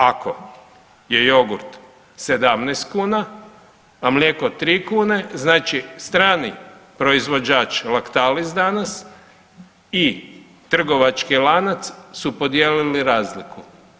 Ako je jogurt 17 kuna, a mlijeko 3 kune, znači strani proizvođač Lactalis danas i trgovački lanac su podijelili razliku.